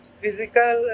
physical